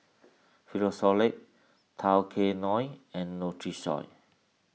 Frisolac Tao Kae Noi and Nutrisoy